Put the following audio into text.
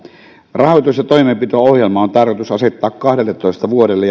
rahoitus ja toimenpideohjelma on tarkoitus asettaa kahdelletoista vuodelle